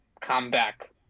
comeback